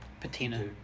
patina